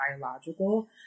biological